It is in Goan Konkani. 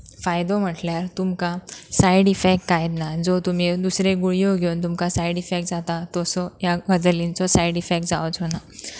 फायदो म्हटल्यार तुमकां सायड इफॅक्ट कांयच ना जो तुमी दुसरे गुळयो घेवन तुमकां सायड इफॅक्ट जाता तसो ह्या गजलींचो सायड इफॅक्ट जावचो ना